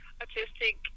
autistic